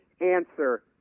answer